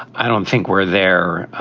i don't think we're there.